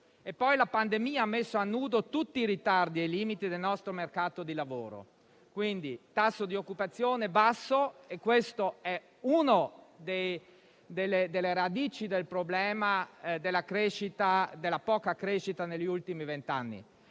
la pandemia ha messo a nudo tutti i ritardi e i limiti del nostro mercato del lavoro. Il tasso di occupazione basso è quindi una delle radici del problema della poca crescita negli ultimi vent'anni,